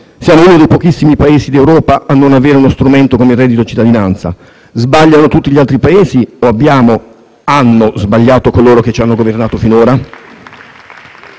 Siamo uno dei pochissimi paesi d'Europa a non avere uno strumento come il reddito cittadinanza. Sbagliano tutti gli altri Paesi o hanno sbagliato coloro che ci hanno governato finora?